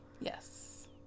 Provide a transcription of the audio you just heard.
Yes